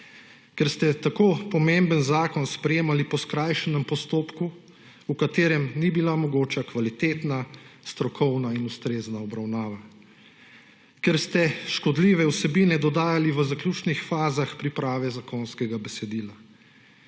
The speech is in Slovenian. ker ste tako pomemben zakon sprejemali po skrajšanem postopku, v katerem ni bila mogoča kvalitetna, strokovna in ustrezna obravnava, ker ste škodljive vsebine dodajali v zaključnih fazah priprave zakonskega besedila,